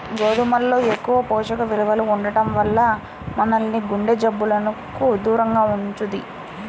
గోధుమల్లో ఎక్కువ పోషక విలువలు ఉండటం వల్ల మనల్ని గుండె జబ్బులకు దూరంగా ఉంచుద్ది